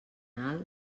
alt